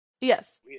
yes